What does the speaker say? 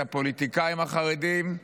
הפוליטיקאים החרדים,